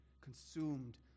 Consumed